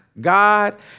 God